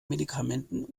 medikamenten